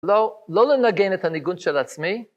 לא, לא לנגן את הניגון של עצמי.